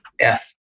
Yes